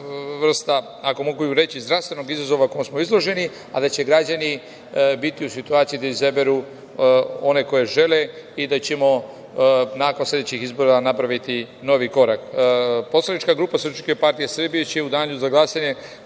vrsta, ako mogu reći, zdravstvenog izazova kojem smo izloženi, a da će građani biti u situaciji da izaberu one koje žele i da ćemo nakon sledećih izbora napraviti korak. Poslanička grupa SPS će u danu za glasanje